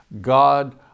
God